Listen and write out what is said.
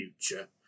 future